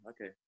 okay